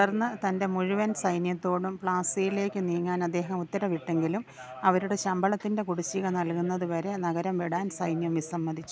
തുടർന്ന് തന്റെ മുഴുവൻ സൈന്യത്തോടും പ്ലാസിയിലേക്ക് നീങ്ങാന് അദ്ദേഹം ഉത്തരവിട്ടെങ്കിലും അവരുടെ ശമ്പളത്തിന്റെ കുടിശ്ശിക നൽകുന്നതുവരെ നഗരം വിടാൻ സൈന്യം വിസമ്മതിച്ചു